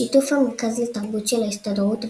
בשיתוף המרכז לתרבות של ההסתדרות,